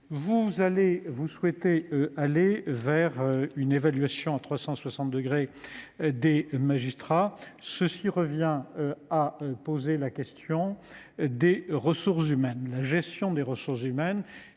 Vous souhaitez aller vers une évaluation à 360 degrés des magistrats, ce qui revient à poser la question de la gestion des ressources humaines,